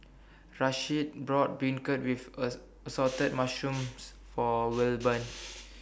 Rasheed bought Beancurd with as Assorted Mushrooms For Wilburn